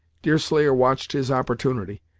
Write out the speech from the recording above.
deerslayer watched his opportunity,